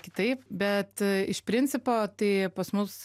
kitaip bet iš principo tai pas mus